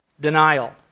Denial